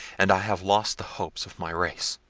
and i have lost the hopes of my race!